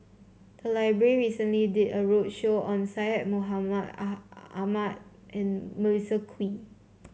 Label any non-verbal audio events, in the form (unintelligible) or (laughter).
the library recently did a roadshow on Syed Mohamed (unintelligible) Ahmed and Melissa Kwee